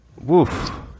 Woof